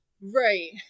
right